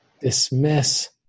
dismiss